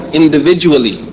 individually